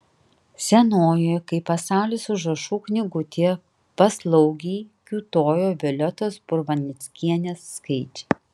senoje kaip pasaulis užrašų knygutėje paslaugiai kiūtojo violetos purvaneckienės skaičiai